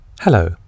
Hello